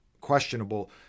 questionable